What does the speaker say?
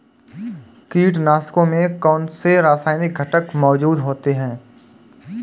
कीटनाशकों में कौनसे रासायनिक घटक मौजूद होते हैं?